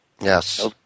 Yes